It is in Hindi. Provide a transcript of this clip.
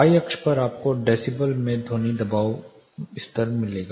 Y अक्ष पर आपको डेसीबल में ध्वनि दबाव स्तर मिलेगा